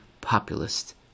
populist